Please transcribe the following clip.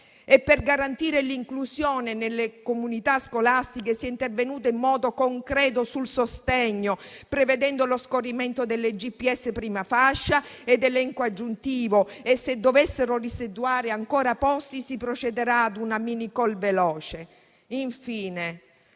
E per garantire l'inclusione nelle comunità scolastiche si è intervenuto in modo concreto sul sostegno, prevedendo lo scorrimento delle GPS di prima fascia, sostegno ed elenco aggiuntivo. E se dovessero residuare ancora posti, si procederà ad una mini*-call* veloce. Infine,